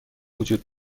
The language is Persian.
وجود